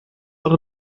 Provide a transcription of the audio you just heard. auch